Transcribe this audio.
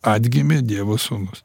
atgimė dievo sūnus